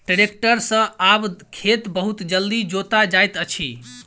tractor सॅ आब खेत बहुत जल्दी जोता जाइत अछि